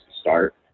start